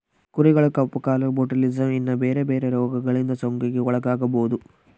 ಕುರಿಗಳು ಕಪ್ಪು ಕಾಲು, ಬೊಟುಲಿಸಮ್, ಇನ್ನ ಬೆರೆ ಬೆರೆ ರೋಗಗಳಿಂದ ಸೋಂಕಿಗೆ ಒಳಗಾಗಬೊದು